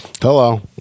hello